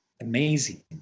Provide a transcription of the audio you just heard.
amazing